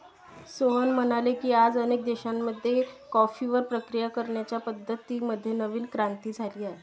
सोहन म्हणाले की, आज अनेक देशांमध्ये कॉफीवर प्रक्रिया करण्याच्या पद्धतीं मध्ये नवीन क्रांती झाली आहे